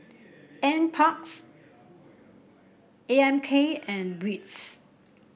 NParks A M K and WITS